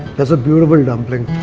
that's a beautiful dumpling!